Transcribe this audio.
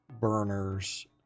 burners